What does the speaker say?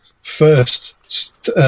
First